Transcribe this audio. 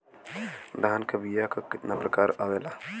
धान क बीया क कितना प्रकार आवेला?